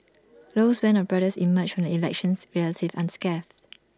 Low's Band of brothers emerged from the elections relatively unscathed